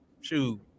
Shoot